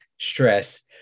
stress